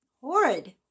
horrid